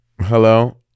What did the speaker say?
Hello